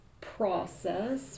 process